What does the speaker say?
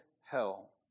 hell